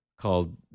called